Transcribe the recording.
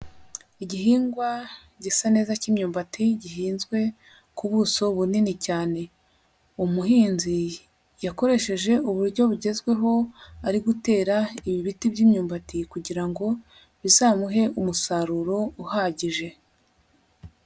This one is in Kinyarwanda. Igihingwa gisa neza cy'imyumbati gihinzwe ku buso bunini cyane, umuhinzi yakoresheje uburyo bugezweho ari gutera ibi biti by'imyumbati kugira ngo bizamuhe umusaruro uhagije.